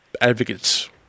advocates